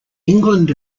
england